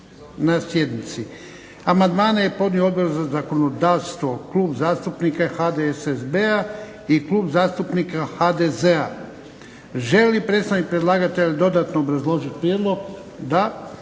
na sjednici. Amandmane je podnio Odbor za zakonodavstvo, Klub zastupnika HDSSB-a i Klub zastupnika HDZ-a. Želi li predstavnik predlagatelja dodatno obrazložiti prijedlog? Da.